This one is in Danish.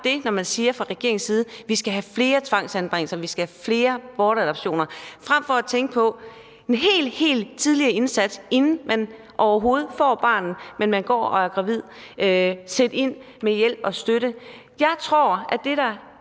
mener, når man fra regeringens side siger: Vi skal have flere tvangsanbringelser, vi skal have flere bortadoptioner – frem for at tænke på den helt, helt tidlige indsats, inden moren overhovedet får barnet og går og er gravid. Der skal man sætte ind med hjælp og støtte. Jeg tror, at barnets